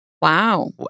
Wow